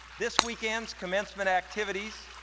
this weekend's commencement activities,